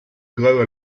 grow